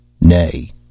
Nay